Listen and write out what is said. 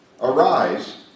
Arise